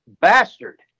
bastard